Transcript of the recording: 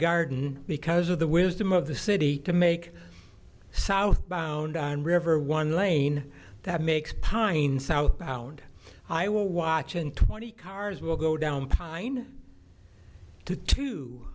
garden because of the wisdom of the city to make southbound on river one lane that makes pine southbound i will watch and twenty cars will go down pine to